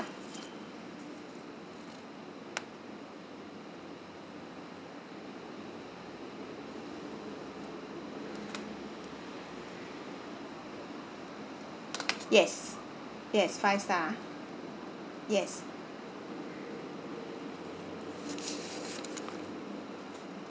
yes yes five star ah yes